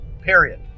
period